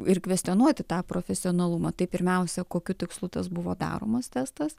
ir kvestionuoti tą profesionalumą tai pirmiausia kokiu tikslu tas buvo daromas testas